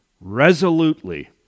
resolutely